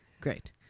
Great